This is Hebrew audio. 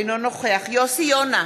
אינו נוכח יוסי יונה,